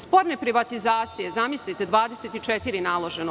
Sporne privatizacije – zamislite, 24 naloženo.